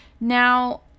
Now